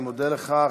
אני מודה לך.